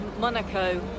Monaco